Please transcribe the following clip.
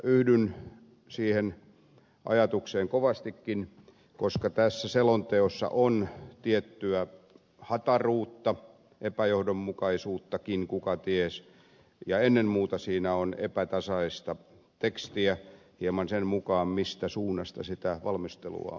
yhdyn siihen ajatukseen kovastikin koska tässä selonteossa on tiettyä hataruutta epäjohdonmukaisuuttakin kukaties ja ennen muuta siinä on epätasaista tekstiä hieman sen mukaan mistä suunnasta sitä valmistelua on tehty